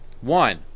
one